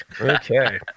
Okay